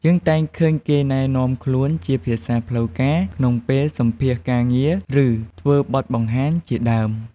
យើងតែងតែឃើញគេណែនាំខ្លួនជាភាសាផ្លូវការ ក្នុងពេលសម្ភាសការងារ ឬធ្វើបទបង្ហាញជាដើម។